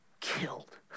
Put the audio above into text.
killed